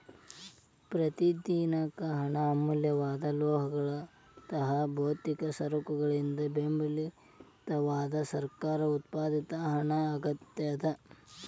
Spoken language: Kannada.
ಪ್ರಾತಿನಿಧಿಕ ಹಣ ಅಮೂಲ್ಯವಾದ ಲೋಹಗಳಂತಹ ಭೌತಿಕ ಸರಕುಗಳಿಂದ ಬೆಂಬಲಿತವಾದ ಸರ್ಕಾರ ಉತ್ಪಾದಿತ ಹಣ ಆಗ್ಯಾದ